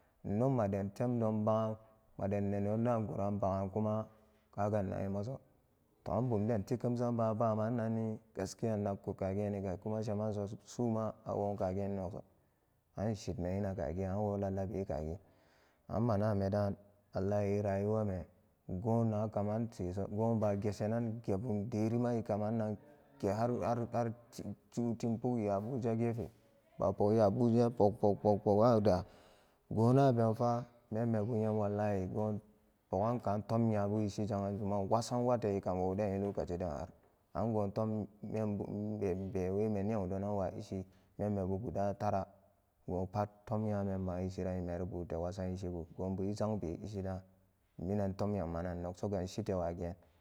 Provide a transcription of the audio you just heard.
Inno maden temdon bagan maden ne nonida gunan bagan kuma kaga innagi moso to an bumden ti kemsan ba bumanni gaskiya innagku kage ganiya kumashe man so su-suma awo kageni nogso an inshitme inanakagi anwolallabi kagi anmanamdan wallahi e rayuwame gunakaman teso gobage shenan ge bumderima e kamamannan ge har-har-jutim pugi e abuja gefe abogi abuja pogpog pogpogda gona benfa memmebu nyem wallahi gon pogan ka tom nyabu ishi jaganjuma wusan wute e kamwoden e lokacida angotom n-n-membu beweme nogdonan wa ishi memmebu gudatara gopat tom nya memba ishiran e meribunte wasan ishibu gobu e jangbe ishidu minan tom nyammanan nogsoga inshite wugen